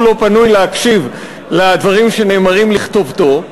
לא פנוי להקשיב לדברים שנאמרים לכתובתו.